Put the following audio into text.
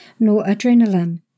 noradrenaline